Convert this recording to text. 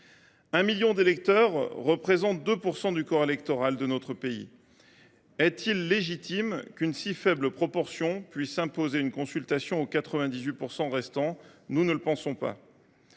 Un million d’électeurs, ce n’est que 2 % du corps électoral de notre pays. Est il légitime qu’une si faible proportion puisse imposer une consultation aux 98 % restants ? Nous ne le pensons pas.